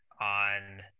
on